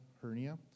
hernia